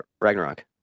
Ragnarok